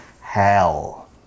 hell